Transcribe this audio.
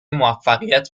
موفقیت